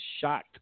shocked